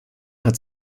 hat